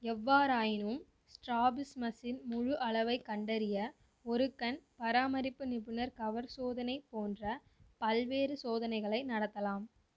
எவ்வாறாயினும் ஸ்ட்ராபிஸ்மஸின் முழு அளவைக் கண்டறிய ஒரு கண் பராமரிப்பு நிபுணர் கவர் சோதனை போன்ற பல்வேறு சோதனைகளை நடத்தலாம்